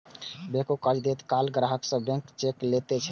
बैंको कर्ज दैत काल ग्राहक सं ब्लैंक चेक लैत छै